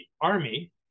army